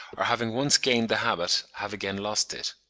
or having once gained the habit, have again lost it.